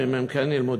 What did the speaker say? ואם הם כן ילמדו,